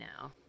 now